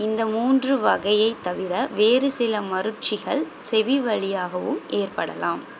இந்த மூன்று வகையைத் தவிர வேறு சில மருட்சிகள் செவிவழியாகவும் ஏற்படலாம்